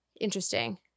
interesting